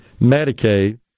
Medicaid